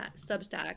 Substack